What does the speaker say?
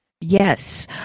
Yes